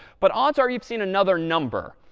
but odds are you've seen another number.